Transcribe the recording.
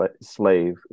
slave